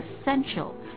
essential